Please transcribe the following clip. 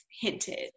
hinted